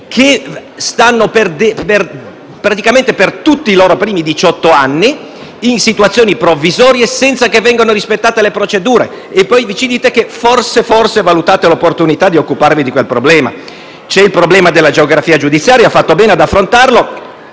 che vivono praticamente per tutti i loro primi diciotto anni in situazioni provvisorie, senza che vengano rispettate le procedure. E poi ci dite che forse valutate l'opportunità di occuparvi di quel problema. C'è poi il problema della geografia giudiziaria, che ha fatto bene ad affrontare.